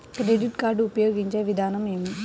Credit card ఉపయోగించే విధానం ఏమి?